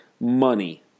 money